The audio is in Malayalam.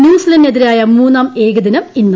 ന്യൂസിലന്റിനെതിരായ മൂന്നാം ഏകദിനം ഇന്ന്